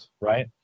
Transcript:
Right